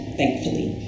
thankfully